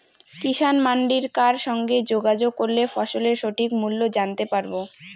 কিষান মান্ডির কার সঙ্গে যোগাযোগ করলে ফসলের সঠিক মূল্য জানতে পারবো?